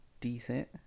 decent